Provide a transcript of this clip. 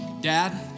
Dad